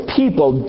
people